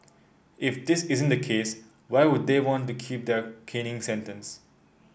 if this isn't the case why would they want to keep their caning sentence